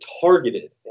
targeted